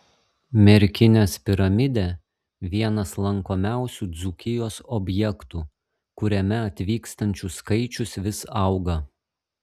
merkinės piramidė vienas lankomiausių dzūkijos objektų kuriame atvykstančių skaičius vis auga